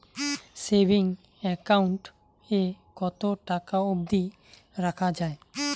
Savings account এ কতো টাকা অব্দি রাখা যায়?